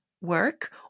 work